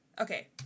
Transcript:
Okay